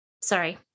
Sorry